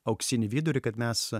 auksinį vidurį kad mes